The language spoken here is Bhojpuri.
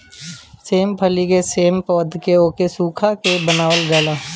सेम के फली सेम के पौध से ओके सुखा के बनावल जाला